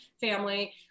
Family